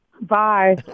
Bye